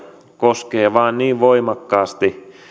koskee vain niin voimakkaasti